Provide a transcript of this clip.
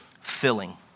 filling